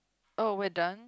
oh we're done